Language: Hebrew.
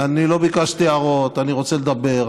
אני לא ביקשתי הערות, אני רוצה לדבר.